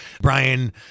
Brian